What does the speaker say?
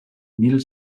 mil